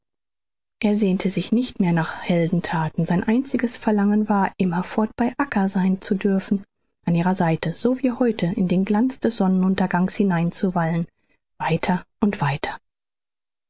er sehnte sich nicht mehr nach heldenthaten sein einziges verlangen war immerfort bei acca sein zu dürfen an ihrer seite so wie heute in den glanz des sonnenuntergangs hineinzuwallen weiter und weiter